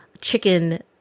chicken